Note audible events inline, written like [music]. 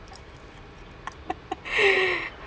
[laughs]